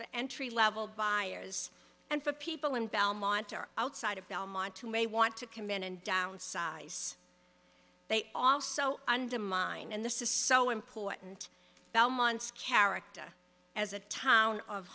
for entry level by areas and for people in belmont or outside of belmont to may want to command and downsize they also undermine and this is so important belmont's character as a town of